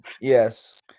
Yes